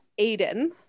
aiden